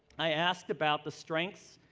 i asked about the strengths,